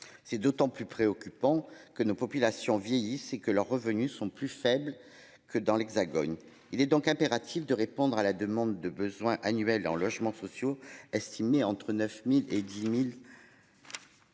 C'est d'autant plus préoccupant que nos populations vieillissent et que leurs revenus sont plus faibles que dans l'Hexagone. Il est donc impératif de répondre à la demande de besoins annuels en logements sociaux, estimé entre 9000 et 10.000.--